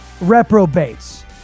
reprobates